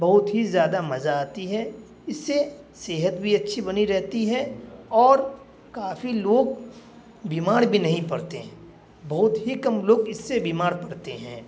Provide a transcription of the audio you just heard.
بہت ہی زیادہ مزہ آتی ہے اس سے صحت بھی اچھی بنی رہتی ہے اور کافی لوگ بیمار بھی نہیں پڑتے ہیں بہت ہی کم لوگ اس سے بیمار پڑتے ہیں